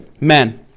men